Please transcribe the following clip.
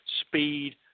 speed